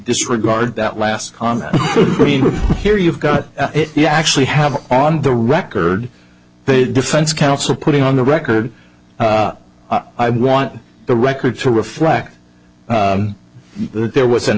disregard that last comment here you've got it yeah actually have on the record the defense counsel putting on the record i want the record to refract that there was an